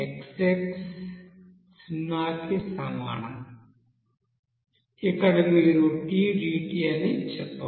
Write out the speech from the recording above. కాబట్టి xs 0 కి సమానం ఇక్కడ మీరు tdt అని చెప్పవచ్చు